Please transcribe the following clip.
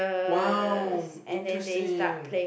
wow interesting